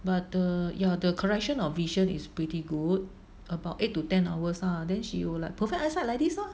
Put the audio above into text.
but the ya the correction of vision is pretty good about eight to ten hours lah then she will like perfect eyesight like this lor